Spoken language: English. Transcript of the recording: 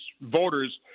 voters